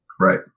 Right